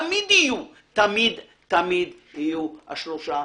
תמיד תמיד יהיו השלושה,